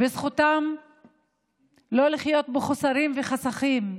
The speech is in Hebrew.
זכותם לא לחיות בחוסרים ובחסכים,